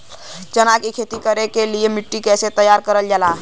चना की खेती कर के लिए मिट्टी कैसे तैयार करें जाला?